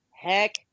Heck